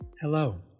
Hello